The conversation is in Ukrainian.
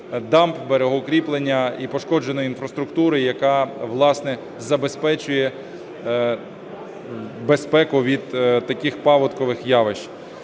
дамб, берегоукріплення і пошкодженої інфраструктури, яка, власне, забезпечує безпеку від таких паводкових явищ.